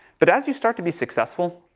but as you start to be successful,